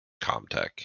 ComTech